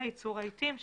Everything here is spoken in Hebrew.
וייצור רהיטים,